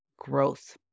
Growth